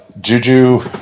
Juju